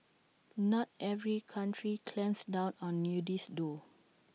not every country clamps down on nudists though